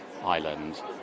island